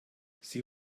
sie